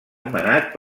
anomenat